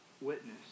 witness